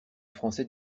français